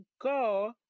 go